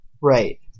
Right